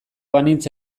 banintz